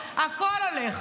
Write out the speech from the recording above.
הכול הולך.